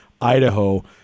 Idaho